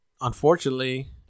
unfortunately